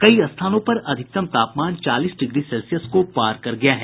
कई स्थानों पर अधिकतम तापमान चालीस डिग्री सेल्सियस को पार कर गया है